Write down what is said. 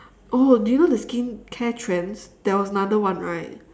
oh do you know the skincare trends there was another one right